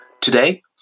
Today